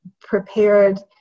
prepared